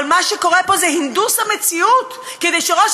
אבל מה שקורה פה זה הנדוס המציאות כדי שראש